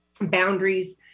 boundaries